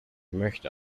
möchte